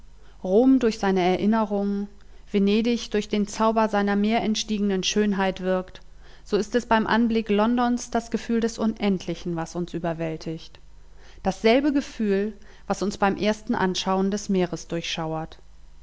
durch seine erinnerungen venedig durch den zauber seiner meerentstiegenen schönheit wirkt so ist es beim anblick londons das gefühl des unendlichen was uns überwältigt dasselbe gefühl was uns beim ersten anschauen des meeres durchschauert